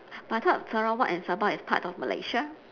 but I thought sarawak and sabah is part of malaysia